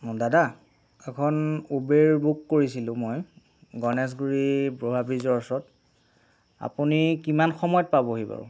দাদা এখন Uber book কৰিছিলোঁ মই গণেশগুৰিৰ পুৰণা ব্ৰিজৰ ওচৰত আপুনি কিমান সময়ত পাবহি বাৰু